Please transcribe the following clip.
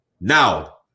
now